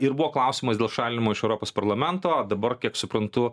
ir buvo klausimas dėl šalinimo iš europos parlamento dabar kiek suprantu